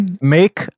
Make